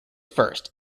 first